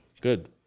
good